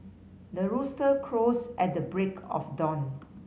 the rooster crows at the break of dawn